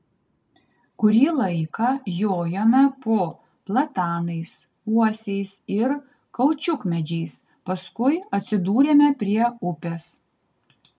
kurį laiką jojome po platanais uosiais ir kaučiukmedžiais paskui atsidūrėme prie upės